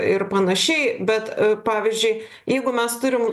ir panašiai bet pavyzdžiui jeigu mes turim